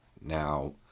Now